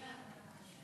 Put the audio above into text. אילן, אתה מעשן?